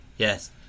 Yes